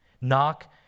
Knock